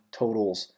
totals